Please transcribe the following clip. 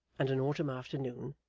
and an autumn afternoon,